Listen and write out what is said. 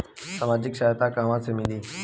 सामाजिक सहायता कहवा से मिली?